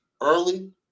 early